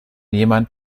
jemand